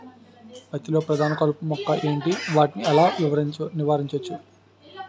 పత్తి లో ప్రధాన కలుపు మొక్కలు ఎంటి? వాటిని ఎలా నీవారించచ్చు?